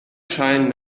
scheinen